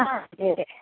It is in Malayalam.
ആ അതെ അതെ